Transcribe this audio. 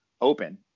open